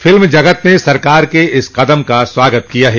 film जगत ने सरकार के इस कदम का स्वागत किया है